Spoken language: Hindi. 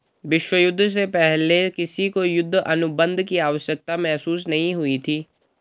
विश्व युद्ध से पहले किसी को युद्ध अनुबंध की आवश्यकता महसूस नहीं हुई थी